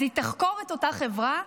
אז היא תחקור את אותה חברה,